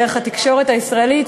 דרך התקשורת הישראלית,